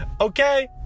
Okay